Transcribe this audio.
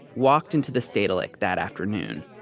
walked into the stedelijk that afternoon.